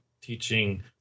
teaching